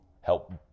help